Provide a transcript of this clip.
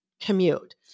commute